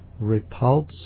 repulse